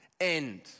end